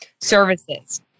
services